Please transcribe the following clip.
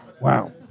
Wow